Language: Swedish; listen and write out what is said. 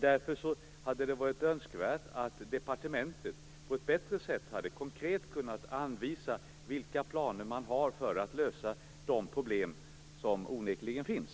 Därför hade det varit önskvärt att departementet på ett bättre sätt konkret hade kunnat visa vilka planer man har för att lösa de problem som onekligen finns.